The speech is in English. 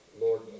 Lord